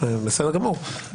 בסדר גמור.